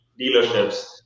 dealerships